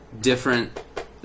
different